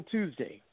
Tuesday